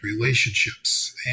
relationships